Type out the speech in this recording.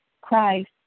Christ